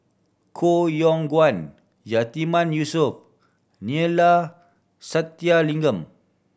Koh Yong Guan Yatiman Yusof Neila Sathyalingam